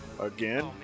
Again